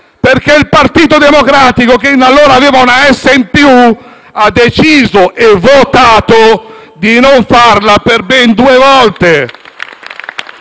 perché il Partito Democratico, che allora aveva una «S» in più, ha deciso e votato di non farla, per ben due volte?